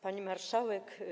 Pani Marszałek!